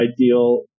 ideal